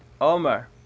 Omar